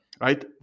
right